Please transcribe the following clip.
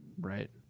right